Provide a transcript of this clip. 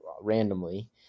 randomly